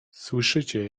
słyszycie